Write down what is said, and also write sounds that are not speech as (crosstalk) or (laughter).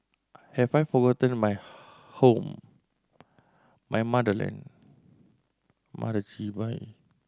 have I forgotten my home my motherland (unintelligible)